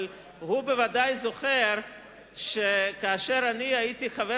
אבל הוא בוודאי זוכר שכאשר הייתי חבר